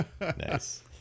Nice